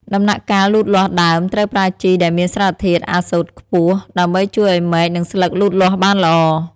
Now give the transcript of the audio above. ដំណាក់កាលលូតលាស់ដើម ត្រូវប្រើជីដែលមានសារធាតុ អាសូតខ្ពស់ ដើម្បីជួយឱ្យមែក និងស្លឹកលូតលាស់បានល្អ។